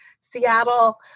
Seattle